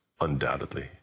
undoubtedly